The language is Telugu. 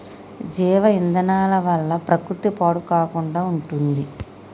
జీవ ఇంధనాల వల్ల ప్రకృతి పాడు కాకుండా ఉంటుంది